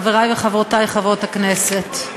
חברי וחברותי חברות הכנסת,